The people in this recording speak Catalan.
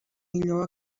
millor